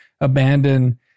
abandon